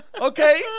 Okay